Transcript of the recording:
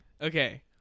Okay